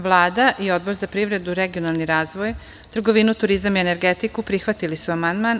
Vlada i Odbor za privredu, regionalni razvoj, trgovinu, turizam i energetiku prihvatili su amandman.